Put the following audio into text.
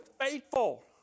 faithful